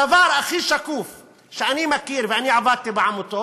הדבר הכי שקוף שאני מכיר, ואני עבדתי בעמותות,